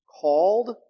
called